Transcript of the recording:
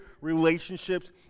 relationships